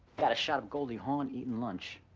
got a shot of goldie hawn eatin' lunch.